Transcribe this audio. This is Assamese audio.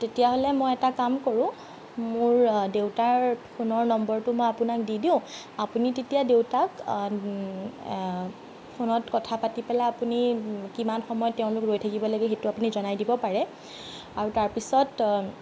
তেতিয়া হ'লে মই এটা কাম কৰো মোৰ দেউতাৰ ফোনৰ নম্বৰটো মই আপোনাক দি দিওঁ আপুনি তেতিয়া দেউতাক ফোনত কথা পাতি পেলাই আপুনি কিমান সময়ত তেওঁলোক ৰৈ থাকিব লাগে সেইটো আপুনি জনাই দিব পাৰে আৰু তাৰ পিছত